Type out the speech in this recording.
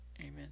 Amen